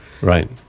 right